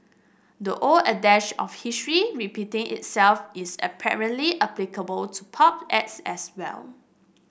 the old adage of history repeating itself is apparently applicable to pop acts as well